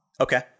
Okay